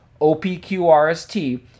OPQRST